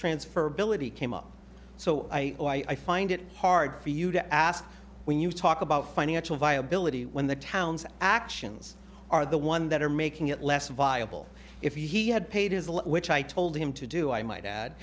transfer ability came up so i know i find it hard for you to ask when you talk about financial viability when the town's actions are the one that are making it less viable if he had paid his law which i told him to do i m